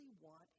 want